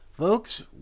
Folks